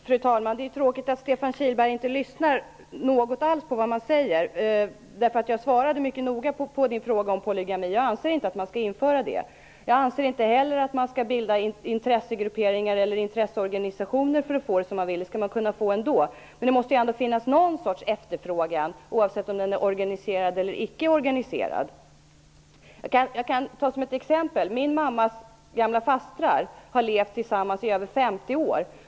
Fru talman! Det är tråkigt att Stefan Kihlberg inte lyssnar på vad jag säger. Jag svarade mycket noga på hans fråga om polygami. Jag anser inte att polygami skall införas. Jag anser inte heller att man skall bilda intresseorganisationer för att få som man vill. Det skall man få ändå. Men det måste ändå finnas någon sorts efterfrågan, oavsett om den är organiserad eller icke-organiserad. Låt mig ta ett exempel. Min mammas gamla fastrar har levt tillsammans i över 50 år.